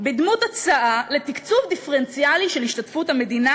בדמות הצעה לתקצוב דיפרנציאלי של השתתפות המדינה